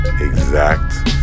exact